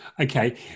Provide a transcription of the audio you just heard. okay